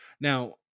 Now